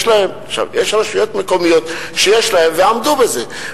יש רשויות מקומיות שיש להן והן עמדו בזה,